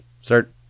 start